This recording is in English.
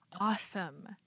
awesome